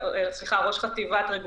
"אנחנו" זה לא